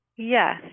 Yes